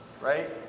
Right